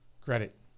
Credit